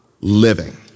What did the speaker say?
living